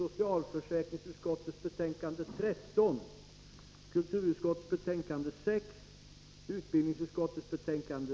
Nu behandlas utrikesutskottets betänkande 3 om verksamheten inom Nordiska rådet. Utskottets betänkande 6 kommer att behandlas senare.